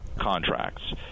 contracts